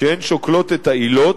כשהן שוקלות את העילות,